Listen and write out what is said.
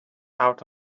out